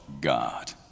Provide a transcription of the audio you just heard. God